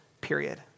period